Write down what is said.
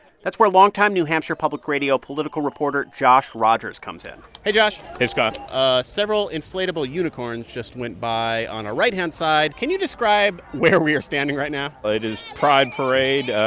that's where longtime new hampshire public radio political reporter josh rogers comes in hey, josh hey, scott ah several inflatable unicorns just went by on our right-hand side. can you describe where we're standing right now? it is pride parade.